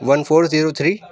one four zero three